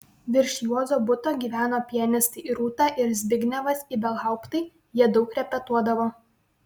virš juozo buto gyveno pianistai rūta ir zbignevas ibelhauptai jie daug repetuodavo